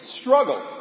Struggle